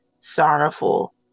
sorrowful